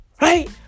Right